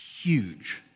huge